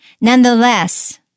nonetheless